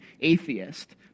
atheist